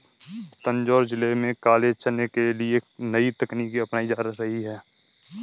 तंजौर जिले में काले चने के लिए नई तकनीकें अपनाई जा रही हैं